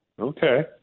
okay